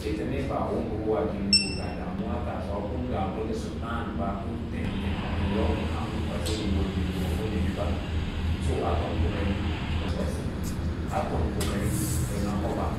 Ete mee baa wo nga hoo a kem nga damuwa taasəwa ngaa banda sa ɗaan ɓa u tentenawa an yau mbe kan nga kwasi don an war mee nga ana ba nemeɓa so a tom kokari nga kwasi a tom kokari nga na koɓas,